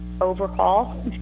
overhaul